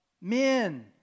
men